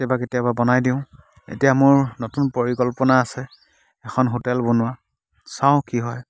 কেতিয়াবা কেতিয়াবা বনায় দিওঁ এতিয়া মোৰ নতুন পৰিকল্পনা আছে এখন হোটেল বনোৱাৰ চাওঁ কি হয়